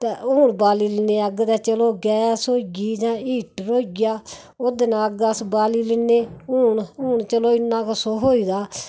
हून बाल्ली लैन्ने हा अग्ग ते चलो गैस होई गेआ जां हीटर होई गेआ ओहदे कन्नै अग्ग अस बाल्ली लैन्ने हून चलो इन्ना ते सुख होई दा